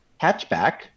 hatchback